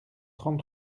trente